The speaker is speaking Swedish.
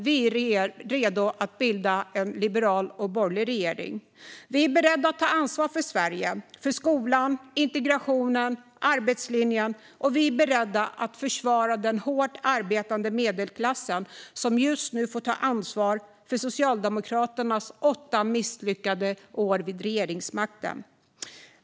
Vi är redo att bilda en liberal och borgerlig regering. Vi är beredda att ta ansvar för Sverige - för skolan, integrationen och arbetslinjen - och försvara den hårt arbetande medelklassen, som just nu får ta ansvar för Socialdemokraternas åtta misslyckade år vid regeringsmakten.